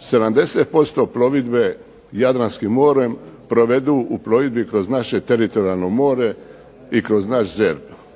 70% plovidbe Jadranskim morem provedu u plovidbi kroz naše teritorijalno more i kroz naš ZERP.